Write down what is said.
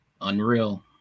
Unreal